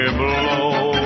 blow